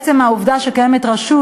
עצם העובדה שקיימת רשות,